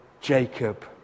Jacob